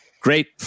great